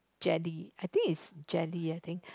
jelly I think is jelly I think